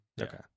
Okay